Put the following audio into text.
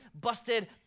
busted